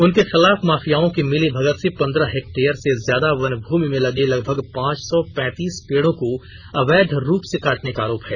उनके खिलाफ माफियाओं की मिलीभगत से पंद्रह हेक्टयर से ज्यादा वनभूमि में लगे लगभग पांच सौ पैंतीस पेड़ों को अवैध रूप से काटने आरोप है